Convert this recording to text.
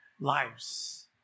lives